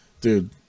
Dude